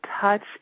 touch